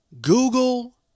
Google